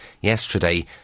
yesterday